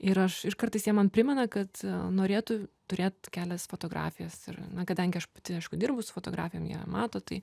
ir aš ir kartais jie man primena kad norėtų turėt kelias fotografijas ir na kadangi aš pati aišku dirbu su fotografijom jie mato tai